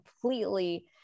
completely